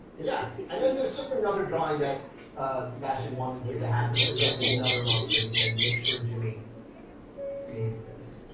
yeah, and then there's just another drawing that sebastian wanted you to have. this is, again, another monster. and he said, make sure jimmy sees this.